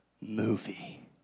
movie